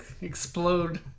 Explode